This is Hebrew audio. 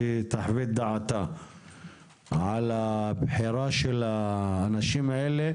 על מנת שהיא תחווה את דעתה על הבחירה של האנשים האלה,